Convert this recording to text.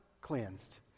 cleansed